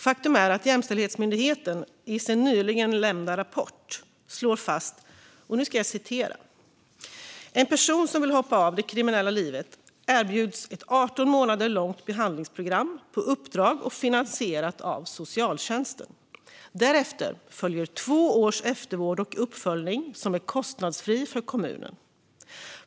Faktum är att Jämställdhetsmyndigheten i sin nyligen avlämnade rapport slår fast följande: "En person som vill hoppa av det kriminella livet erbjuds ett 18 månader långt behandlingsprogram ., på uppdrag och finansierat av socialtjänsten. Därefter följer två års eftervård och uppföljning, som är kostnadsfri för kommunen.